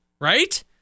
right